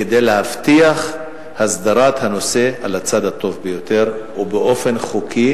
כדי להבטיח הסדרה של הנושא על הצד הטוב ביותר ובאופן חוקי,